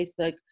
Facebook